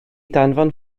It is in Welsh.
danfon